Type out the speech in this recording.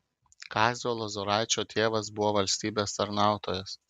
kazio lozoraičio tėvas buvo valstybės tarnautojas